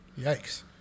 Yikes